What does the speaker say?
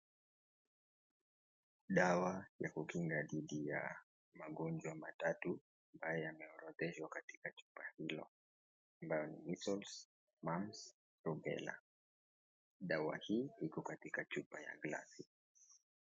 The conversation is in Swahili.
Dawa ya kukinga dhidi ya magonjwa matatu ambaye yameorodheshwa katika kifaa hilo ambayo ni measles, mumps, rubella . Dawa hii iko katika chupa ya glass .